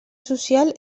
social